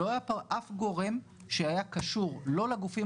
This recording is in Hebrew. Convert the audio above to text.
שלא היה אף גורם שהיה קשור לא לגופים